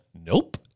nope